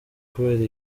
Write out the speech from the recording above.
kubera